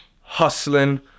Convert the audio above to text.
hustling